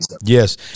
Yes